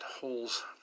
holes